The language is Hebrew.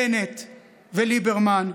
בנט וליברמן,